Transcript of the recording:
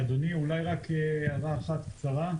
אדוני, אולי רק הערה אחת קצרה?